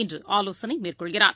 இன்றுஆலோசனைமேற்கொள்கிறார்